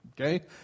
Okay